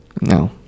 no